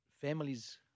families